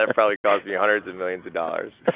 ah probably cost me hundreds of millions of dollars.